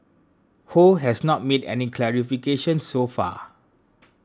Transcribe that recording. Ho has not made any clarifications so far